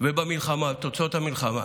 ובתוצאות המלחמה.